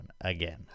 again